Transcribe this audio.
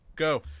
go